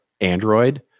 Android